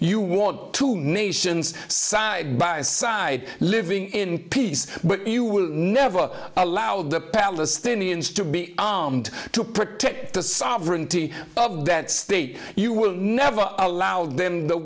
you want to nations side by side living in peace but you will never allow the palestinians to be armed to protect the sovereignty of that state you will never allow them the